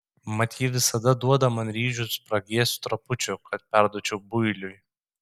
mat ji visada duoda man ryžių spragėsių trapučių kad perduočiau builiui